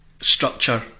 structure